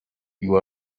you